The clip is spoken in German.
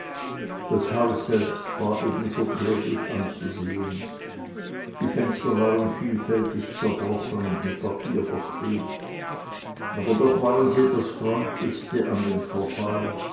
das haus selbst war ebenso kläglich anzusehen die fenster waren vielfältig zerbrochen und mit papier verklebt aber doch waren sie das freundlichste an dem verfall